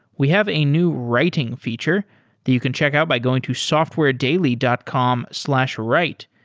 we have a new writing feature that you can check out by going to softwaredaily dot com slash write.